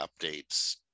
updates